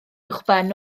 uwchben